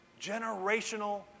generational